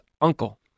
uncle